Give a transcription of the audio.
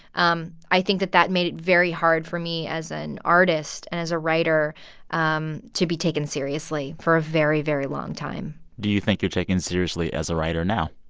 um i think that that made it very hard for me as an artist and as a writer um to be taken seriously for a very, very long time do you think you're taken seriously as a writer now?